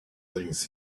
things